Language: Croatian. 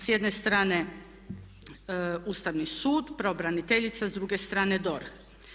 S jedne strane Ustavni sud, pravobraniteljica, s druge strane DORH.